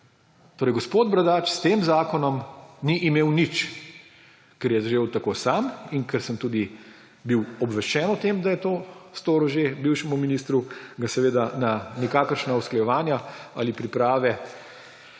Torej gospod Bradač s tem zakonom ni imel nič, ker je želel tako sam. Ker sem bil tudi obveščen o tem, da je to storil že bivšemu ministru, ga seveda na nikakršna usklajevanja ali priprave